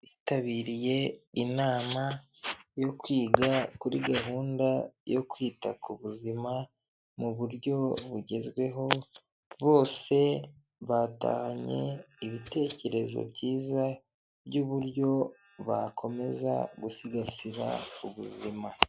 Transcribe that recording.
Bitabiriye inama yo kwiga kuri gahunda yo kwita ku buzima mu buryo bugezweho, bose batanye igitekerezo byiza by'uburyo bakomeza gusigasira ubuzima.